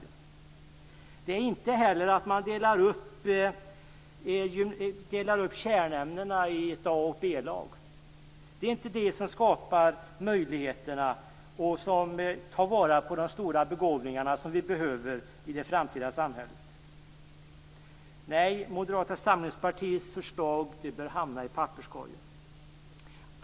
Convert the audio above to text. En bra skola skapas inte heller genom att vi delar upp kärnämnena i ett A och ett B-lag. Det är inte det som skapar möjligheter och tar vara på de stora begåvningar som vi behöver i det framtida samhället. Nej, Moderata samlingspartiets förslag bör hamna i papperskorgen.